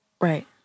Right